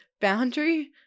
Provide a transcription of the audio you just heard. boundary